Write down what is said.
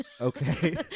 Okay